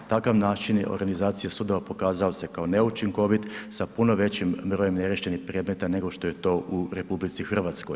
Takav način i organizacija sudova pokazao se kao neučinkovit sa puno većim brojem je neriješenih predmeta nego što je to u RH.